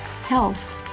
Health